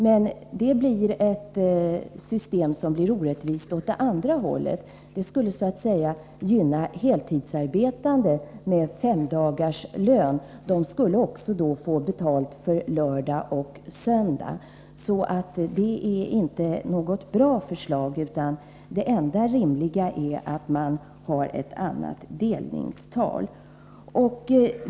Men det systemet skulle bli orättvist åt det andra hållet. Det skulle så att säga gynna heltidsarbetande med S5-dagarslön, som skulle få betalt också för lördag och söndag. Att slopa fridagsregeln är alltså inte något bra förslag, utan det enda rimliga är att införa ett annat delningstal. Herr talman!